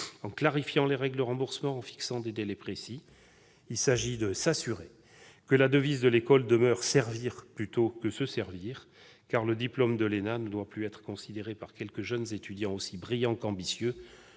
clarifier les règles de remboursement et fixer des délais précis. Il s'agit de s'assurer que la devise de l'École demeure « Servir sans s'asservir »-et non « se servir ». Le diplôme de l'ENA ne doit plus être considéré par quelques jeunes étudiants aussi brillants qu'ambitieux